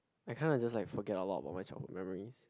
I kind of just like forget a lot about my childhood memories